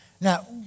Now